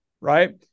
right